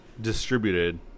distributed